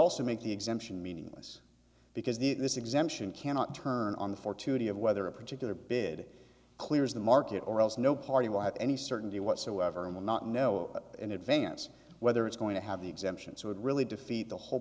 also make the exemption meaningless because the this exemption cannot turn on the fortuity of whether a particular bid clears the market or else no party will have any certainty whatsoever and will not know in advance whether it's going to have the exemptions would really defeat the whole